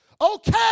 Okay